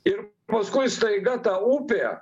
ir paskui staiga ta upė